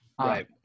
Right